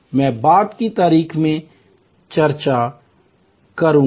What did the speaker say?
मैं बाद की तारीख में चर्चा करूंगा